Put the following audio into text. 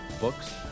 books